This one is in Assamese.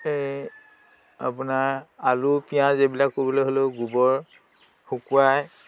সেয়ে আপোনাৰ আলু পিঁয়াজ এইবিলাক কৰিবলৈ হ'লেও গোবৰ শুকুৱাই